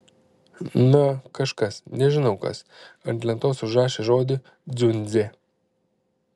na kažkas nežinau kas ant lentos užrašė žodį dziundzė